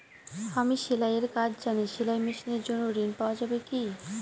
আমি সেলাই এর কাজ জানি সেলাই মেশিনের জন্য ঋণ পাওয়া যাবে কি?